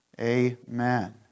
Amen